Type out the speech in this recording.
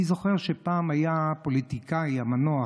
אני זוכר שפעם הפוליטיקאי המנוח,